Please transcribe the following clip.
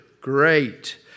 Great